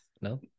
no